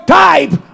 type